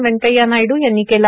व्यंकय्या नायड्र यांनी केलं